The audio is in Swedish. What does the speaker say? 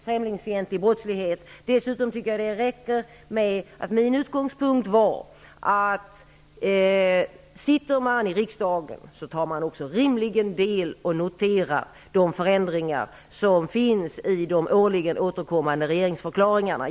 främlingsfientlig brottslighet. Dessutom tycker jag att min utgångspunkt är tillräcklig, nämligen att om man sitter i riksdagen så tar man också rimligen del av och noterar de förändringar som finns i de årligen återkommande regeringsförklaringarna.